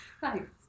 Thanks